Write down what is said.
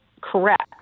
correct